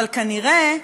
אבל כנראה,